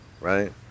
right